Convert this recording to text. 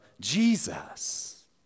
Jesus